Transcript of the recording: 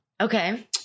okay